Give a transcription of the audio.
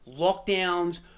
lockdowns